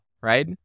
right